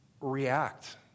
react